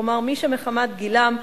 כלומר מי שמחמת גילם,